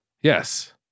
yes